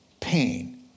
pain